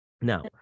Now